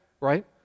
right